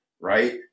Right